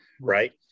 right